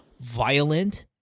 violent